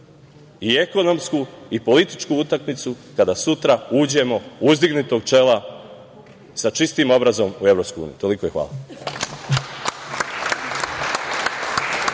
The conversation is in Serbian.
i ekonomsku i političku utakmicu kada sutra uđemo uzdignutog čela, sa čistim obrazom u EU. Hvala.